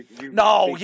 No